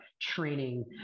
training